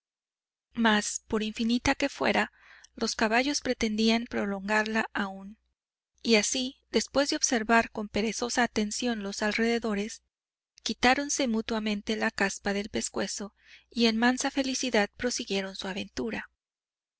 más por infinita que fuera los caballos pretendían prolongarla aún y así después de observar con perezosa atención los alrededores quitáronse mutuamente la caspa del pescuezo y en mansa felicidad prosiguieron su aventura